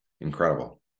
Incredible